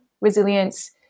resilience